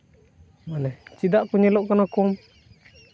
ᱪᱮᱫᱟᱜ ᱧᱮᱞᱚᱜ ᱠᱟᱱᱟ ᱠᱚᱢ